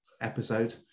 episode